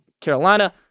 Carolina